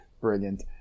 brilliant